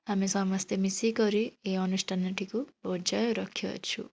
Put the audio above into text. ଆମେ ସମସ୍ତେ ମିଶିକରି ଏ ଅନୁଷ୍ଠାନଟିକୁ ବଜାୟ ରଖିଅଛୁ